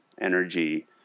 energy